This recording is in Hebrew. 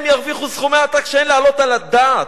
הם ירוויחו סכומי עתק שאין להעלות על הדעת: